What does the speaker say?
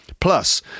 Plus